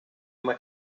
uma